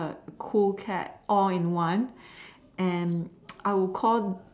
cool cat all in one and I would call